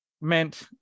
meant